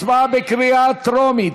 הצבעה בקריאה טרומית.